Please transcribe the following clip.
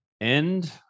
end